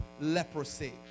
leprosy